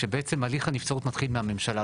שבעצם הליך הנבצרות מתחיל מהממשלה,